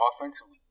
offensively